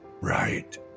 right